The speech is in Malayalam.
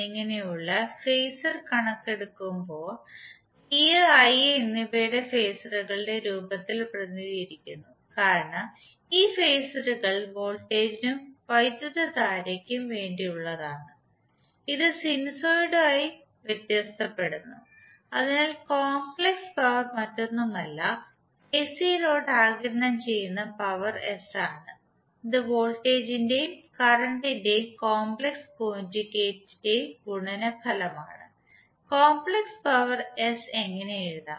എന്നിങ്ങനെയുള്ള ഫേസ്സർ കണക്കിലെടുക്കുമ്പോൾ V I എന്നിവയെ ഫേസ്സറുകളുടെ രൂപത്തിൽ പ്രതിനിധീകരിക്കുന്നു കാരണം ഈ ഫേസ്സറുകൾ വോൾട്ടേജിനും വൈദ്യുതധാരയ്ക്കും വേണ്ടിയുള്ളതാണ് ഇത് സിനുസോയിഡായി വ്യത്യാസപ്പെടുന്നു അതിനാൽ കോംപ്ലക്സ് പവർ മറ്റൊന്നുമല്ല എസി ലോഡ് ആഗിരണം ചെയ്യുന്ന പവർ ആണ് ഇത് വോൾട്ടേജിന്റെയും കറന്റ് ഇന്റെ കോംപ്ലക്സ് കോഞ്ചുഗേറ്റ് ഇന്റെയും ഗുണന ഫലമാണ് കോംപ്ലക്സ് പവർ എസ് എങ്ങനെ എഴുതാം